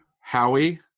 Howie